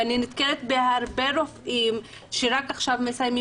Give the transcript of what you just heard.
ואני נתקלת בהרבה רופאים שרק עכשיו מסיימים